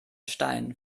stein